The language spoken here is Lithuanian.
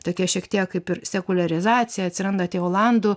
tokia šiek tiek kaip ir sekuliarizacija atsiranda tie olandų